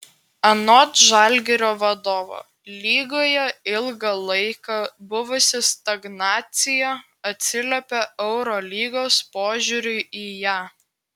anot žalgirio vadovo lygoje ilgą laiką buvusi stagnacija atsiliepė eurolygos požiūriui į ją